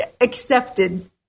accepted